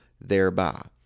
thereby